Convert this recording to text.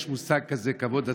יש מושג כזה: כבוד עצמי,